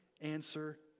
answer